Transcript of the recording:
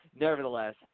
nevertheless